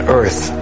earth